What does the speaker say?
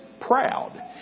proud